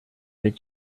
did